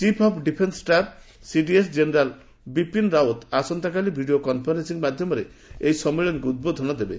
chief of defence staff CDS general Bipin Rawat ଆସନ୍ତାକାଲି video conferencing ମାଧ୍ଧମରେ ଏହି ସମ୍ମିଳନୀକୁ ଉଦ୍ବୋଧନ ଦେବେ